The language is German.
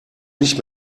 nicht